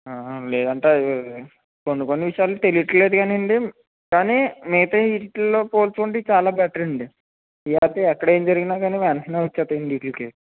లేదంటే అవి కొన్ని కొన్ని విషయాలు తెలియట్లేదుకానండి కాని మిగతాయి వీటిలో పోల్చుకుంటే చాలా బెటరండి ఎక్కడ ఏం జరిగినా కాని వెంటనే వచ్చేస్తాయండి వీటికి